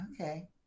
Okay